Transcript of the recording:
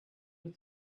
with